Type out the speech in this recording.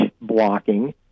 blocking